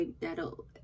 That'll